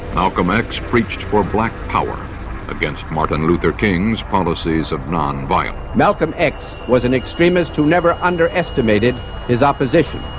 malcolm x preached for black power against martin luther king's policies of non violence. um malcolm x was an extremist who never underestimated his opposition.